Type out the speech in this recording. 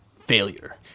failure